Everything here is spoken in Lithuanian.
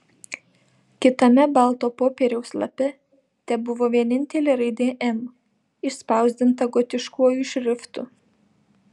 kitame balto popieriaus lape tebuvo vienintelė raidė m išspausdinta gotiškuoju šriftu